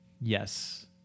Yes